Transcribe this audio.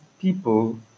people